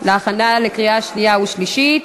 להכנה לקריאה שנייה ושלישית.